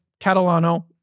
Catalano